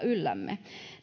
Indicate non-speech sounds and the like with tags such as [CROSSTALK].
[UNINTELLIGIBLE] yllämme